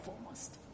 foremost